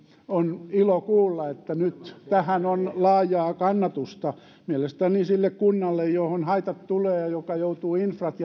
on ilo kuulla että nyt tähän on laajaa kannatusta mielestäni sille kunnalle johon haitat tulevat ja joka joutuu infrat